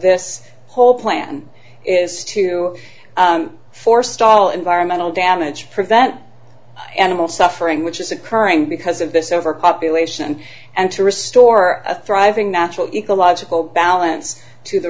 this whole plan is to forestall environmental damage prevent animal suffering which is occurring because of this overpopulation and to restore a thriving natural ecological balance to the